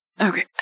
Okay